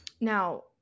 Now